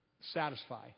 satisfy